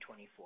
2024